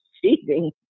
cheating